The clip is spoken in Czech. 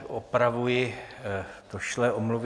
Opravuji došlé omluvy.